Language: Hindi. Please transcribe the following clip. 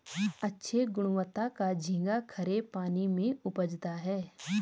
अच्छे गुणवत्ता का झींगा खरे पानी में उपजता है